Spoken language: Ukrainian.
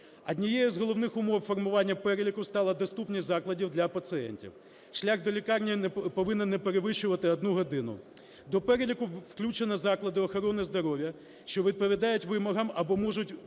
Однією з головних умов формування переліку стала доступність закладів для пацієнтів. Шлях до лікарні повинен не перевищувати 1 годину. До переліку включено заклади охорони здоров'я, що відповідають вимогам або можуть бути